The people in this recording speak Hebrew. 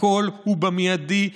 הכול ובמיידי,